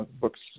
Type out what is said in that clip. books